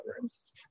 rooms